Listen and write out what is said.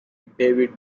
david